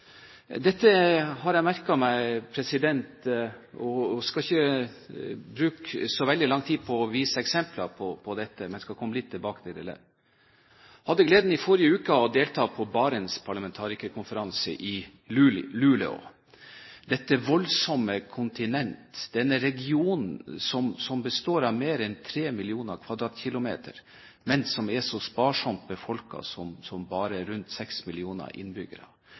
Dette har jeg merket meg og skal ikke bruke så veldig lang tid på å vise eksempler på dette. Men jeg skal komme litt tilbake til det lell. Jeg hadde gleden i forrige uke av å delta på Barents parlamentarikerkonferanse i Luleå. Dette voldsomme kontinentet, denne regionen som består av mer enn tre millioner kvadratkilometer, og er sparsomt befolket med bare rundt seks millioner innbyggere,